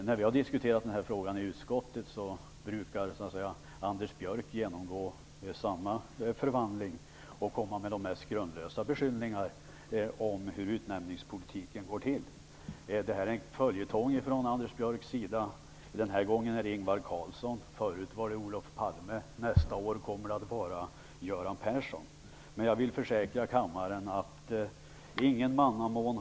När vi har diskuterat den här frågan i utskottet brukar Anders Björck genomgå samma förvandling och komma med de mest grundlösa beskyllningar om hur utnämningspolitiken går till. Detta är en följetong från Anders Björcks sida. Den här gången gäller det Ingvar Carlsson. Förut var det Olof Palme. Nästa år kommer det att vara Göran Persson. Men jag vill försäkra kammaren att det inte har skett någon mannamån.